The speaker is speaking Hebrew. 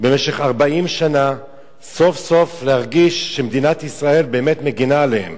במשך 40 שנה סוף-סוף להרגיש שמדינת ישראל באמת מגינה עליהם.